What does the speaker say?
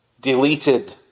deleted